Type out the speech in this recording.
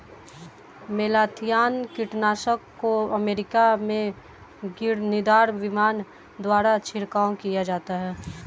malathion कीटनाशक को America में घिरनीदार विमान द्वारा छिड़काव किया जाता है